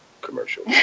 commercial